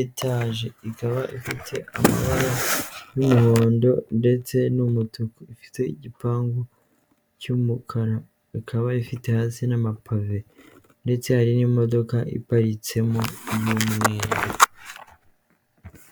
etaje, ikaba ifite amabara y'umuhondo ndetse n'umutuku, ifite igipangu cy'umukara, ikaba ifite hasi n'amapave ndetse hari n'imodoka iparitsemo y'umweru.